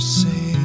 say